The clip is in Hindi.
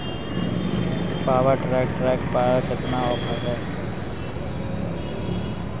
पावर ट्रैक ट्रैक्टर पर कितना ऑफर है?